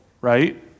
right